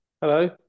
Hello